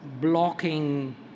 blocking